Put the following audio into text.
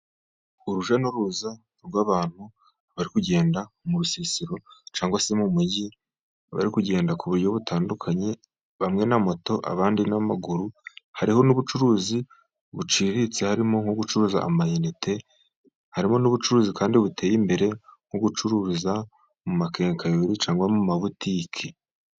Urujya n'uruza rw'abantu bari kugenda mu rusisiro, cyangwa se mu mujyi, bari kugenda ku buryo butandukanye, bamwe na moto, abandi n'amaguru. Hariho n'ubucuruzi buciriritse, harimo nko gucuruza ama inite, harimo n'ubucuruzi kandi buteye imbere nko gucuruza mu makenkayori, cyangwa mu mabutike.